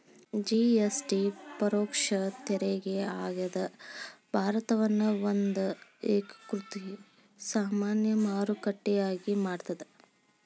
GST ಪರೋಕ್ಷ ತೆರಿಗೆ ಆಗ್ಯಾದ ಭಾರತವನ್ನ ಒಂದ ಏಕೇಕೃತ ಸಾಮಾನ್ಯ ಮಾರುಕಟ್ಟೆಯಾಗಿ ಮಾಡತ್ತ